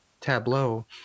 tableau